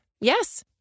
Yes